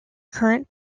current